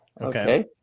okay